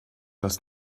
das